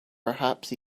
perhaps